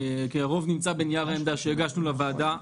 כי הרוב נמצא בנייר העמדה שהגשנו לוועדה.